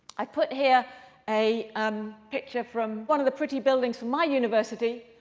i've put here a um picture from one of the pretty buildings from my university.